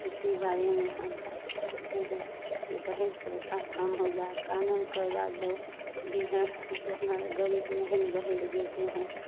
इसी बारे में हम कहते हैं कि दहेज प्रथा कम हो जाए कानून का राज हो जो कितना गरीब नहीं दहेज देते हैं